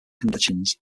conditions